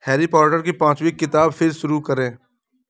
Harry Potter की पाँचवीं किताब फ़िर शुरू करें